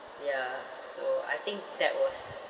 ya so I think that was